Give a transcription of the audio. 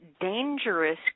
dangerous